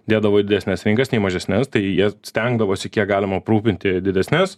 dėdavo į didesnes rinkas ne į mažesnes tai jie stengdavosi kiek galima aprūpinti didesnes